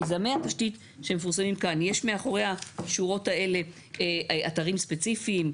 מיזמי התשתית שמפורסמים כאן יש מאחורי השורות האלה אתרים ספציפיים?